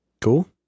Cool